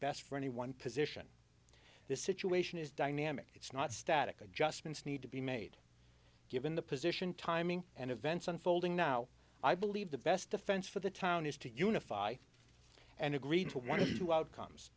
best for any one position the situation is dynamic it's not static adjustments need to be made given the position timing and events unfolding now i believe the best defense for the town is to unify and agree to one